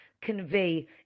convey